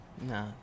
Nah